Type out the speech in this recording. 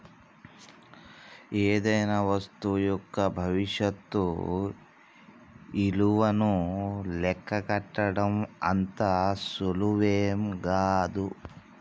ఏదైనా వస్తువు యొక్క భవిష్యత్తు ఇలువను లెక్కగట్టడం అంత సులువేం గాదు